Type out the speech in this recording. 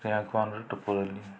rank ୱାନରେ topper ହେଲି